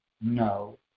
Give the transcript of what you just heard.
No